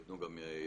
ייתנו גם יותר,